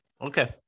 okay